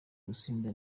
gusinda